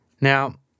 Now